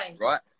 right